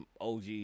OG